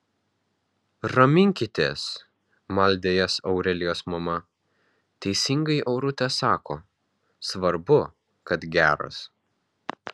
raminkitės maldė jas aurelijos mama teisingai aurutė sako svarbu kad geras